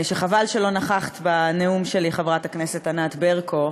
וחבל שלא נכחת בנאום שלי, חברת הכנסת ענת ברקו.